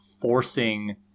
forcing